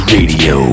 Radio